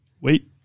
Wait